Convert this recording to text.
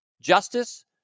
justice